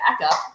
backup